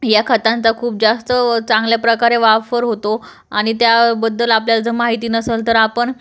या खतांचा खूप जास्त चांगल्या प्रकारे वापर होतो आणि त्याबद्दल आपल्याला जर माहिती नसंल तर आपण